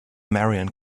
marion